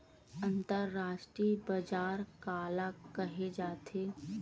अंतरराष्ट्रीय बजार काला कहे जाथे?